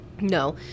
No